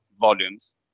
volumes